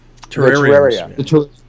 Terraria